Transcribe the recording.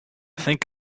think